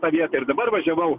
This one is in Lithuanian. tą vietą ir dabar važiavau